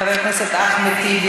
חבר הכנסת חיליק בר,